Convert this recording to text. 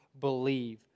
believe